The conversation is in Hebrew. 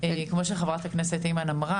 כמו שגם אמרה חברת הכנסת אימאן,